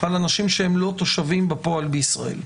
אלא בתנאים שקבועים בחוק,